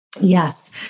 Yes